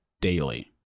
Daily